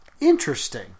Interesting